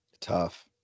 Tough